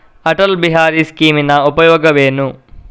ಅಟಲ್ ಬಿಹಾರಿ ಸ್ಕೀಮಿನ ಉಪಯೋಗವೇನು?